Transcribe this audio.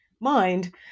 mind